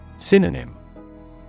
Synonym